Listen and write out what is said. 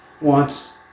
wants